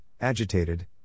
agitated